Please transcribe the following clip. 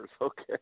Okay